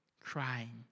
crying